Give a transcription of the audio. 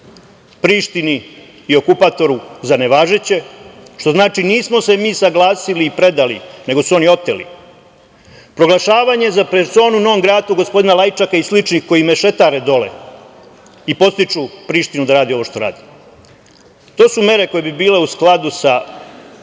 Prištini i okupatoru, za nevažeće, što znači ni smo se mi saglasili i predali, nego su oni oteli. Proglašavanje za personu non gratu, gospodina Lajčaka i sličnih koji mešetare dole i podstiču Prištinu da radi, ovo što radi, to su mere koje bi bile u skladu sa